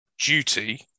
duty